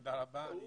תודה רבה, אני אגיע.